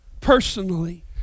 personally